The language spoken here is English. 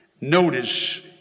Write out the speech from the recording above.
Notice